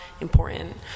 important